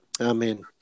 Amen